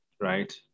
right